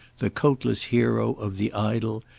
the coatless hero of the idyll,